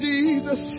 Jesus